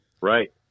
Right